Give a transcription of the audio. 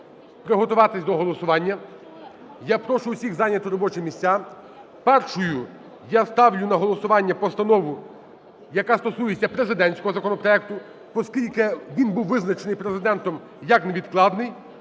приготуватись до голосування, я прошу всіх зайняти робочі місця. Першою я ставлю на голосування постанову, яка стосується президентського законопроекту, поскільки він був визначений Президентом як невідкладний,